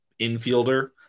infielder